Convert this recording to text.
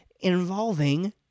involving